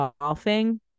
golfing